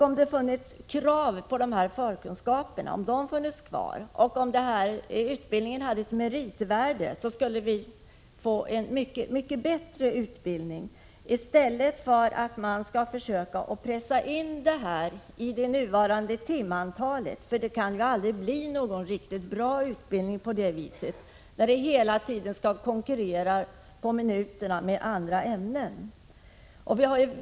Om kravet på förkunskaper i dessa ämnen funnits kvar och om denna utbildning hade haft ett meritvärde, kunde vi ha fått en mycket bättre utbildning än om vi skall försöka pressa in undervisningen i det nuvarande timantalet. Det kan aldrig bli någon riktigt bra utbildning, när man hela tiden skall konkurrera med andra ämnen om minuterna.